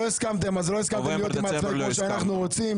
לא הסכמתם להיות עם העצמאים כמו שאנחנו רוצים,